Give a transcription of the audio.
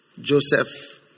Joseph